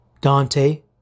Dante